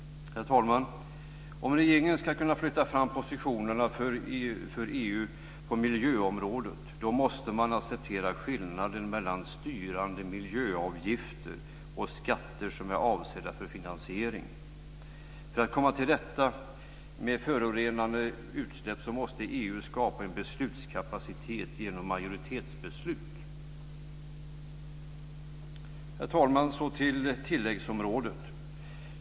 Herr talman! Om regeringen ska kunna flytta fram positionerna för EU på miljöområdet måste man acceptera skillnaden mellan styrande miljöavgifter och skatter som är avsedda för finansiering. För att komma till rätta med förorenade utsläpp måste EU skapa en beslutskapacitet genom majoritetsbeslut. Herr talman! Så kommer jag till tilläggsområdet.